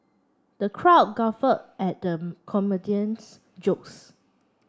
the crowd guffaw at the comedian's jokes